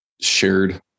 shared